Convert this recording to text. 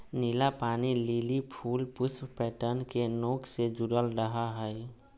नीला पानी लिली फूल पुष्प पैटर्न के नोक से जुडल रहा हइ